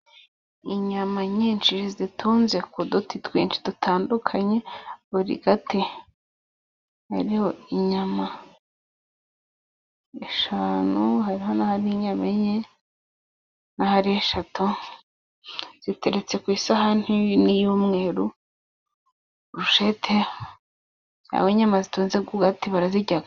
Inyama nyinshi zitunze ku duti twinshi dutandukanye, buri gati kariho inyama eshanu hari n'ahari inyama enye b'ahari eshatu ziteretse ku isahani y'umweru. Burushete aba ari inyama zitunze ku gati barazirya.